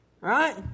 Right